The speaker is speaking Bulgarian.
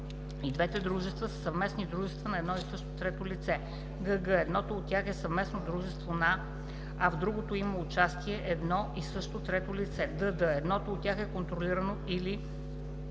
и двете дружества са съвместни дружества на едно и също трето лице; гг) едното от тях е съвместно дружество на, а в другото има участие едно и също трето лице; дд) едното от тях е контролирано или